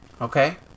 Okay